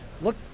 look